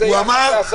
שהוא יעמוד מאחוריה.